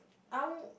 I'd